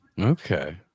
Okay